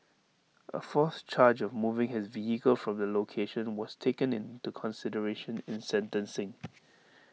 A fourth charge of moving his vehicle from the location was taken into consideration in sentencing